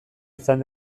izan